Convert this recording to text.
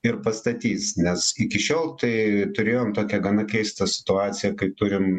ir pastatys nes iki šiol tai turėjom tokią gana keista situaciją kai turim